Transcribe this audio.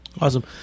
Awesome